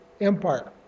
empire